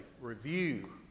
review